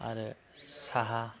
आरो साहा